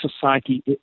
society